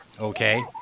Okay